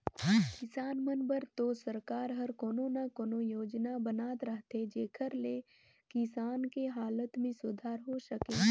किसान मन बर तो सरकार हर कोनो न कोनो योजना बनात रहथे जेखर ले किसान के हालत में सुधार हो सके